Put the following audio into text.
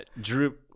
Drew